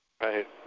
Right